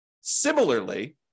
Similarly